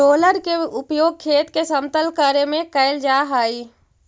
roller के उपयोग खेत के समतल करे में कैल जा हई